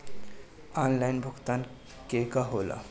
Online भुगतान केगा होला?